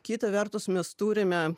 kita vertus mes turime